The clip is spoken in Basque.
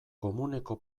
komuneko